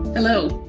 hello,